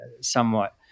somewhat